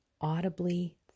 audibly